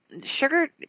sugar